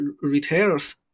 retailers